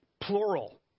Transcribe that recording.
Plural